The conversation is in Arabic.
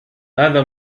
هذا